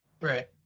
Right